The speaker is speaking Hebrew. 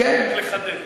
לחדד.